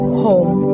home